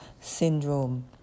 syndrome